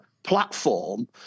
platform